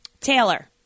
Taylor